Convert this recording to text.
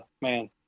man